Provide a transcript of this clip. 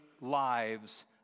lives